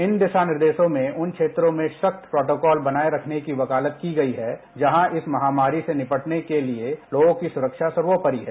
इन दिशा निर्देशों में उन क्षेत्रों में सख्त प्रोटोकॉल बनाये रखने की वकालत की गई है जहां इस महामारी से निर्पटने के लिए लोगों की सुरक्षा सर्वोपरि है